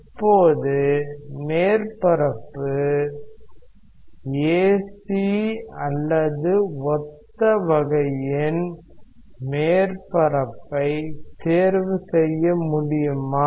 இப்போது மேற்பரப்பு AC அல்லது ஒத்த வகையின் மேற்பரப்பை தேர்வு செய்ய முடியுமா